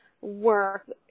work